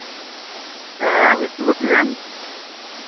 ᱦᱮᱸ ᱵᱤᱥᱱᱩᱯᱚᱛᱤ ᱨᱮᱱ